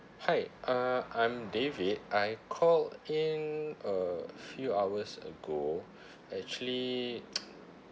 hi uh I'm david I called in a few hours ago actually